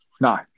No